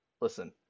listen